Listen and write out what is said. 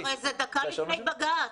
הרי זה דקה לפני בג"ץ.